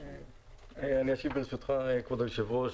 אשיב, ברשותך, כבוד היושב-ראש.